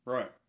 Right